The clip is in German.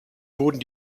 wurden